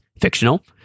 fictional